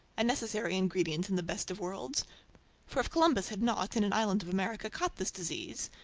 a necessary ingredient in the best of worlds for if columbus had not in an island of america caught this disease,